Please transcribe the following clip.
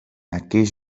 aquells